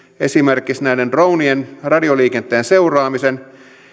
esimerkiksi näiden dronien radioliikenteen seuraamisen